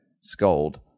scold